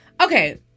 Okay